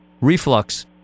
reflux